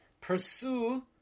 pursue